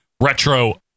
Retro